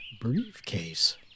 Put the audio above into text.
briefcase